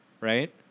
right